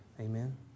Amen